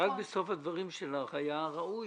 רק בסוף הדברים שלך היה ראוי